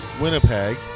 Winnipeg